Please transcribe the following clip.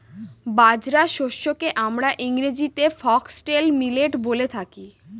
বাজরা শস্যকে আমরা ইংরেজিতে ফক্সটেল মিলেট বলে থাকি